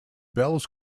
belz